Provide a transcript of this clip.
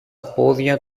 πόδια